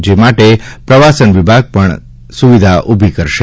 જે માટે પ્રવાસન વિભાગ પણ તથા સુવિધાઓ ઊભી કરશે